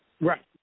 Right